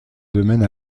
domaine